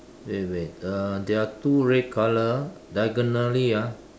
wait wait uh there are two red colour diagonally ah